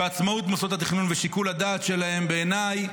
ועצמאות מוסדות התכנון ושיקול הדעת שלהם בעיניי